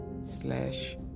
slash